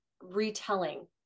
retelling